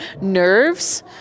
nerves